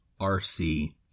RC